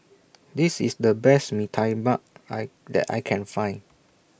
This IS The Best Mee Tai Bak I that I Can Find